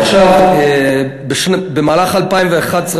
במהלך 2011,